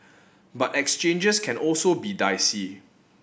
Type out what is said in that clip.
but exchanges can also be dicey